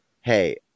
hey